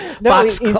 box